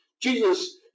Jesus